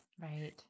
Right